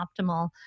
optimal